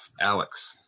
Alex